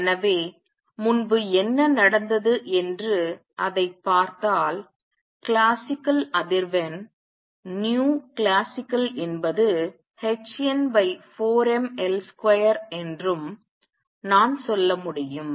எனவே முன்பு என்ன நடந்தது என்று அதைப் பார்த்தால் கிளாசிக்கல் அதிர்வெண் கிளாசிக்கல் என்பது hn4mL2 என்றும் நான் சொல்ல முடியும்